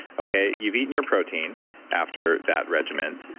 okay, you've eaten your protein after that regimen.